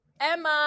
Emma